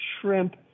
shrimp